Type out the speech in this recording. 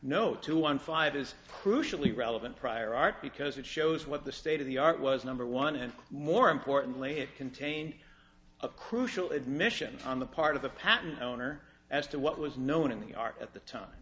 no two one five is crucially relevant prior art because it shows what the state of the art was number one and more importantly it contained a crucial admission on the part of the patent owner as to what was known in the art at the